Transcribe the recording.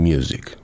Music